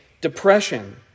depression